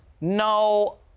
No